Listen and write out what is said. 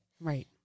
Right